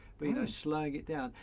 but you know slowing it down.